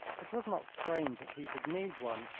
it was not strange that he should need one,